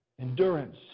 Endurance